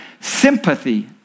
sympathy